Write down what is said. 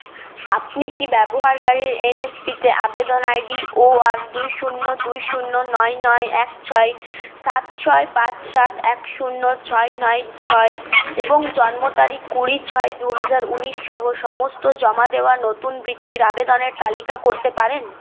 আপনি কি ব্যবহারকারীর এনএসপি তে আবেদন আই ডি ও আর দুই শূন্য দুই শূন্য নয় নয় এক ছয় সাত ছয় পাঁচ সাত এক শূন্য ছয় নয় ছয় এবং জন্ম তারিখ কুড়ি ছয় দু হাজার ঊনিশ সহ সমস্ত জমা দেওয়া নতুন বৃত্তির আবেদনের তালিকা করতে পারেন